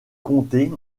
comté